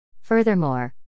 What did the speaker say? Furthermore